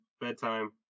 Bedtime